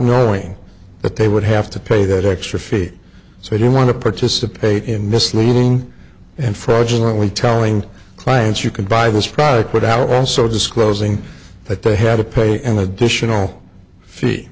knowing that they would have to pay that extra fee so i don't want to participate in misleading and fraudulent when telling clients you can buy this product without also disclosing that they have to pay an additional fee